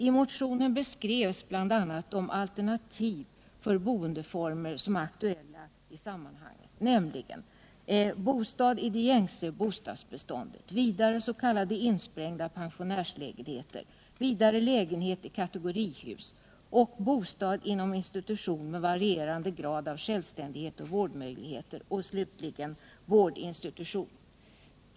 I motionen beskrevs bl.a. de alternativ för boendeformer som är aktuella i sammanhanget: bostad i det gängse bostadsbeståndet, s.k. insprängda pensionärslägenheter, lägenheter i kategorihus, bostad inom institution med varierande grad av självständighet och vårdmöjlighet samt slutligen vårdinstitution.